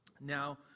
Now